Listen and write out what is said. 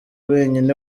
wenyine